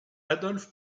adolf